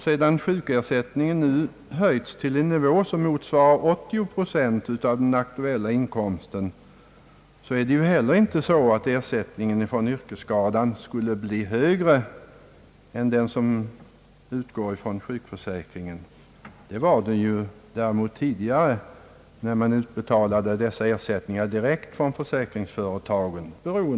Sedan sjukersättningen numera höjts till en nivå, som motsvarar 80 procent av den aktuella inkomsten, skulle heller inte ersättningen för yrkesskada bli högre än sjukersättningen. Det var den däremot tidigare när man utbetalade dessa ersättningar direkt från försäkringsföretagen.